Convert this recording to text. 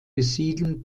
besiedeln